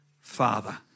Father